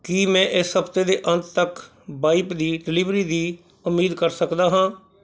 ਕੀ ਮੈਂ ਇਸ ਹਫਤੇ ਦੇ ਅੰਤ ਤੱਕ ਵਾਈਪ ਦੀ ਡਿਲੀਵਰੀ ਦੀ ਉਮੀਦ ਕਰ ਸਕਦਾ ਹਾਂ